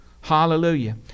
Hallelujah